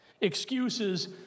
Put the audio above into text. Excuses